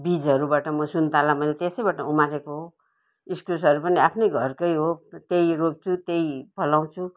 बिजहरूबाट म सुन्ताला मैले त्यसैबाट उमारेको हो इस्कुसहरू पनि आफ्नै घरकै हो त्यही रोप्छु त्यही फलाउँछु